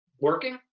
working